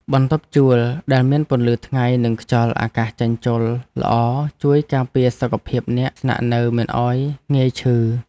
បន្ទប់ជួលដែលមានពន្លឺថ្ងៃនិងខ្យល់អាកាសចេញចូលល្អជួយការពារសុខភាពអ្នកស្នាក់នៅមិនឱ្យងាយឈឺ។